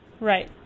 right